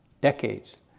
decades